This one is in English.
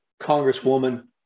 Congresswoman